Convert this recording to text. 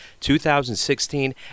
2016